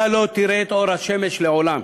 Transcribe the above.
אתה לא תראה את אור השמש לעולם.